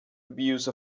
abuse